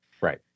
Right